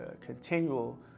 continual